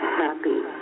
happy